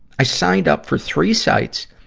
i signed up for three sites,